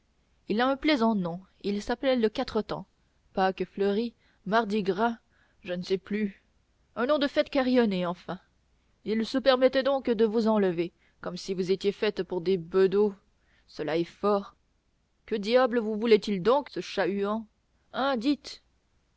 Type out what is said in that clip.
il a un plaisant nom il s'appelle quatre-temps pâques fleuries mardi-gras je ne sais plus un nom de fête carillonnée enfin il se permettait donc de vous enlever comme si vous étiez faite pour des bedeaux cela est fort que diable vous voulait-il donc ce chat-huant hein dites